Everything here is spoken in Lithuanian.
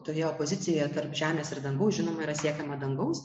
toje opozicijoje tarp žemės ir dangaus žinoma yra siekiama dangaus